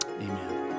Amen